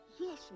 Yes